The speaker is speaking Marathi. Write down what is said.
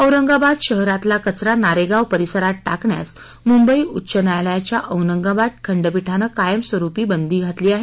औरंगाबाद शहरातला कचरा नारेगाव परिसरात टाकण्यास मृंबई उच्च न्यायालयाच्या औरंगाबाद खंडपीठानं कायमस्वरुपी बंदी घातली आहे